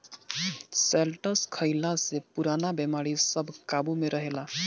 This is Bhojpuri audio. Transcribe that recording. शैलटस खइला से पुरान बेमारी सब काबु में रहेला